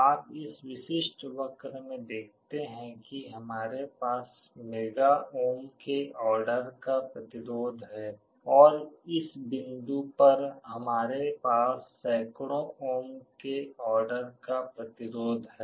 आप इस विशिष्ट वक्र में देखते हैं कि हमारे पास मेगा ओम के आर्डर का प्रतिरोध है और इस बिंदु पर हमारे पास सैकड़ों ओम के आर्डर का प्रतिरोध है